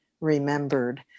remembered